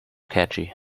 catchy